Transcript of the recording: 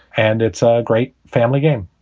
and it's a great family game.